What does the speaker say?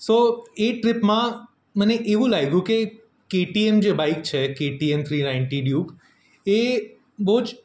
સો એ ટ્રીપમાં મને એવું લાગ્યું કે કેટીએમ જે બાઈક છે કેટીએમ થ્રી નાઈટી ડ્યુક એ બહુ જ